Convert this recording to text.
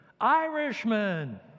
Irishmen